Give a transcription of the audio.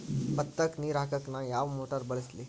ಭತ್ತಕ್ಕ ನೇರ ಹಾಕಾಕ್ ನಾ ಯಾವ್ ಮೋಟರ್ ಬಳಸ್ಲಿ?